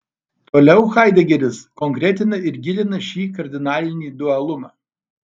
toliau haidegeris konkretina ir gilina šį kardinalinį dualumą